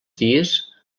dies